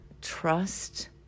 trust